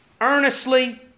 earnestly